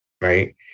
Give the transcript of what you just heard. Right